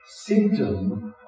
symptom